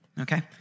okay